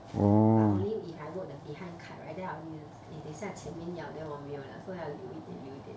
but only if I work the behind cart right then I will need to eh 等一下前面要 then 我没有了 so 要流一点流一点